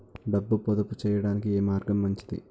డబ్బు పొదుపు చేయటానికి ఏ మార్గం మంచిది?